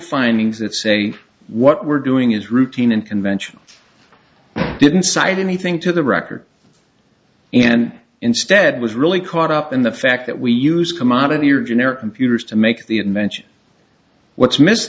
findings that say what we're doing is routine and conventional didn't cite anything to the record and instead was really caught up in the fact that we use commodity or generic computers to make the invention what's miss